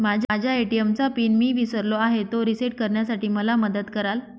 माझ्या ए.टी.एम चा पिन मी विसरलो आहे, तो रिसेट करण्यासाठी मला मदत कराल?